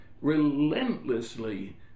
relentlessly